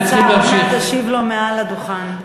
סגן השר, עוד מעט תשיב לו מעל הדוכן.